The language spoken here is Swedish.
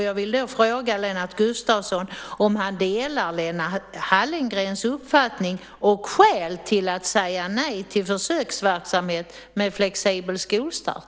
Jag vill fråga Lennart Gustavsson om han delar Lena Hallengrens uppfattning och hennes skäl till att säga nej till försöksverksamhet med flexibel skolstart.